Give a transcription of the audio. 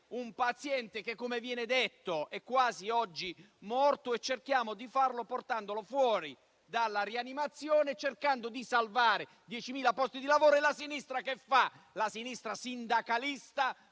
un paziente che, come viene detto, è quasi morto. Cerchiamo di farlo portandolo fuori dalla rianimazione e cercando di salvare 10.000 posti di lavoro. E la sinistra che fa? La sinistra sindacalista